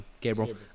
Gabriel